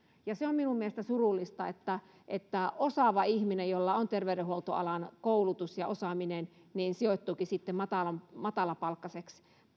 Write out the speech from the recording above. se on minun mielestäni surullista että että osaava ihminen jolla on terveydenhuoltoalan koulutus ja osaaminen sijoittuukin sitten matalapalkkaiseen